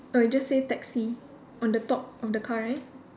oh it just say taxi on the top of the car right